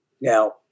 Now